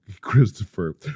Christopher